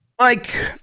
Mike